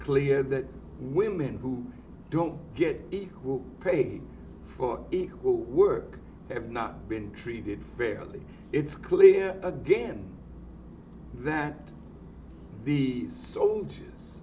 clear that women who don't get equal pay for equal work have not been treated fairly it's clear again that the soldiers